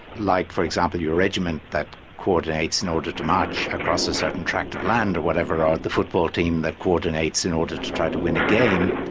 like for example your regiment that coordinates in order to march across a certain tract of land or whatever, or the football team that coordinates in order to try to win a game.